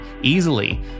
easily